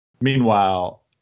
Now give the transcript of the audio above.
Meanwhile